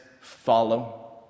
follow